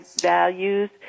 values